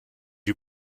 you